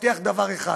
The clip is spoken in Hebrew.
אני רק מבטיח דבר אחד: